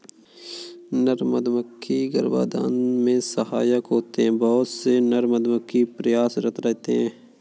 नर मधुमक्खी गर्भाधान में सहायक होते हैं बहुत से नर मधुमक्खी प्रयासरत रहते हैं